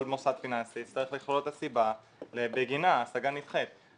שכל מוסד פיננסי יצטרך לכלול את הסיבה שבגינה ההשגה נדחית.